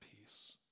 peace